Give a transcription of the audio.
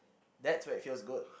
that's where it feels good